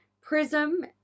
Prism